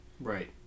right